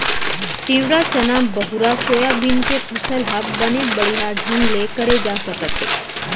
तिंवरा, चना, बहुरा, सोयाबीन के फसल ह बने बड़िहा ढंग ले करे जा सकत हे